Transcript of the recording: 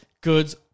Goods